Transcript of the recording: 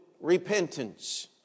repentance